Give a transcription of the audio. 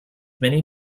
many